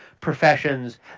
professions